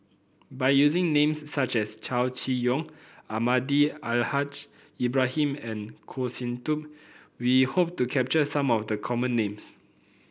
by using names such as Chow Chee Yong Almahdi Al Haj Ibrahim and Goh Sin Tub we hope to capture some of the common names